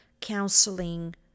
counseling